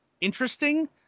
interesting